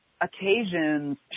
occasions